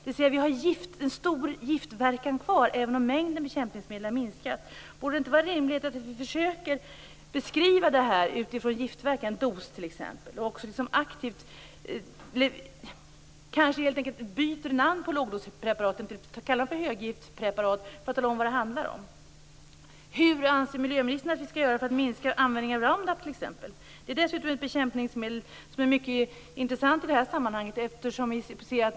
Vi har alltså en stor giftverkan kvar även om mängden bekämpningsmedel har minskat. Borde det inte vara rimligt att vi försöker beskriva det här utifrån giftverkan, t.ex. dos. Kanske borde vi helt enkelt byta namn på lågdospreparaten och kalla dem för höggiftspreparat för att tala om vad det handlar om. Hur anser miljöministern att vi skall göra för att minska användningen av Roundup, t.ex.? Det är dessutom ett bekämpningsmedel som är mycket intressant i det här sammanhanget.